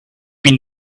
been